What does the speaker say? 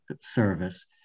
Service